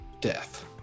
death